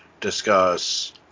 discuss